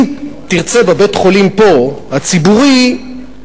אם תרצה בבית-חולים הציבורי פה,